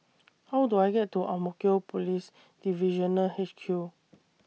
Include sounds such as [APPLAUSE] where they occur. [NOISE] How Do I get to Ang Mo Kio Police Divisional H Q